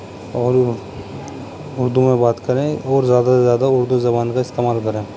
اور اردو میں بات کریں اور زیادہ سے زیادہ اردو زبان کا استعمال کریں